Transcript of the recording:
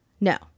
No